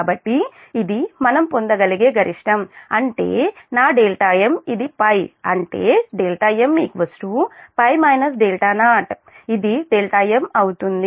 కాబట్టి ఇది మనం పొందగలిగే గరిష్టం అంటే నా m ఇది π అంటే mπ 0 ఇది m అవుతుంది